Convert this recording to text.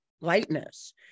lightness